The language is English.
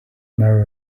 now